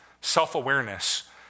self-awareness